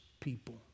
people